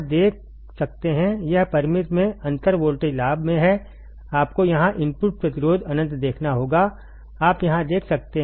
यह परिमित में अंतर वोल्टेज लाभ में है आपको यहां इनपुट प्रतिरोध अनंत देखना होगा आप यहां देख सकते हैं